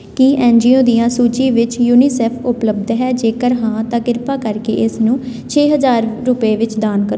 ਕੀ N G O ਦੀਆਂ ਸੂਚੀ ਵਿੱਚ ਯੂਨੀਸੈਫ ਉਪਲਬਧ ਹੈ ਜੇਕਰ ਹਾਂ ਤਾਂ ਕਿਰਪਾ ਕਰਕੇ ਇਸ ਨੂੰ ਛੇ ਹਜ਼ਾਰ ਰੁਪਏ ਵਿੱਚ ਦਾਨ ਕਰੋ